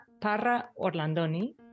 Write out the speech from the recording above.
Parra-Orlandoni